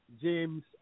James